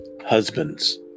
Husbands